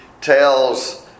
tells